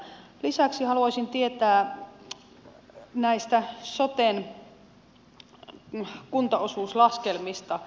lisäksi haluaisin tietää näistä soten kuntaosuuslaskelmista